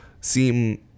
seem